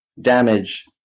damage